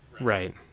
Right